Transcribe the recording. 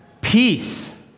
peace